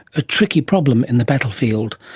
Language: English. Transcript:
a tricky problem in the battlefield.